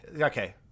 Okay